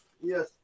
yes